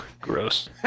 gross